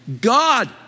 God